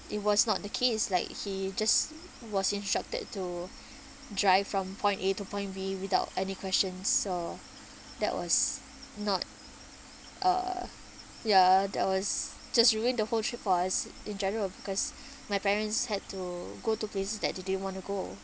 it was not the case like he just was instructed to drive from point A to point B without any question so that was not uh ya that was just ruin the whole trip for us in general because my parents had to go to places that they didn't want to go